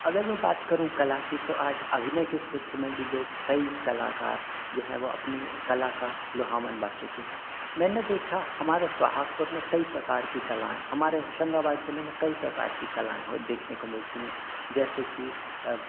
अगर मैं बात करूँ कला की तो आज अभिनय के क्षेत्र में भी लोग कई कलाकार जो हैं अपनी कला का लोहा मनवा चुके हैं मैंने देखा हमारे सोहागपुर में कई प्रकार की कला हैं हमारे होशन्गाबाद ज़िले में कई प्रकार की कलाएँ हैं वह देखने को मिलती हैं जैसे कि